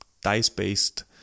dice-based